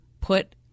put